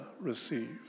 receive